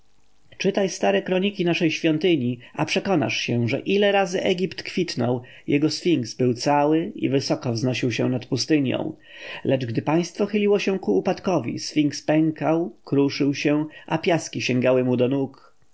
czytaj stare kroniki naszej świątyni a przekonasz się że ile razy egipt kwitnął jego sfinks był cały i wysoko wznosił się nad pustynią lecz gdy państwo chyliło się do upadku sfinks pękał kruszył się a piaski sięgały mu do nóg